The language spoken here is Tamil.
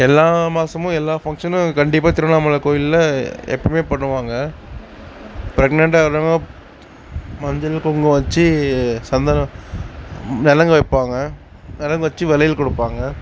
எல்லா மாதமும் எல்லா ஃபங்ஷனும் கண்டிப்பாக திருவண்ணாமலை கோயிலில் எப்போமே பண்ணுவாங்க பிரக்னன்ட்டாவுள்ளவங்கள் மஞ்சள் குங்குமம் வச்சு சந்தனம் நலுங்கு வைப்பாங்க நலுங்கு வச்சு வளையல் கொடுப்பாங்க